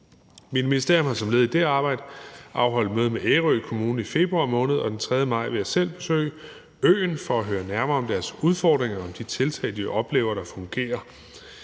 Mit ministerium har som led i det arbejde afholdt møde med Ærø Kommune i februar måned, og den 3. maj vil jeg selv besøge øen for at høre nærmere om deres udfordringer og om de tiltag, de oplever fungerer.